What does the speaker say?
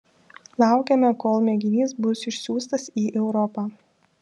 laukiame kol mėginys bus išsiųstas į europą